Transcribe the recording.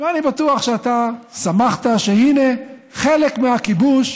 ואני בטוח שאתה שמחת שהינה, חלק מהכיבוש,